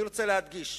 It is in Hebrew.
רוצה להדגיש